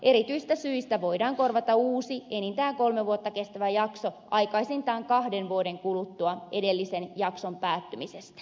erityisistä syistä voidaan korvata uusi enintään kolme vuotta kestävä jakso aikaisintaan kahden vuoden kuluttua edellisen jakson päättymisestä